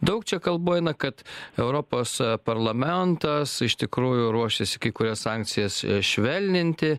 daug čia kalbų eina kad europos parlamentas iš tikrųjų ruošiasi kai kurias sankcijas švelninti